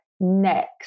next